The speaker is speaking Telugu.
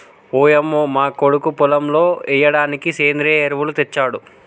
ఓయంమో మా కొడుకు పొలంలో ఎయ్యిడానికి సెంద్రియ ఎరువులు తెచ్చాడు